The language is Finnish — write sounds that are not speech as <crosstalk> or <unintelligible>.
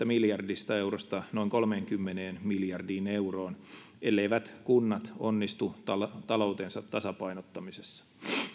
<unintelligible> miljardista eurosta noin kolmeenkymmeneen miljardiin euroon elleivät kunnat onnistu taloutensa tasapainottamisessa